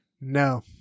No